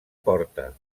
porta